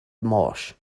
marsh